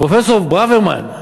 פרופסור ברוורמן,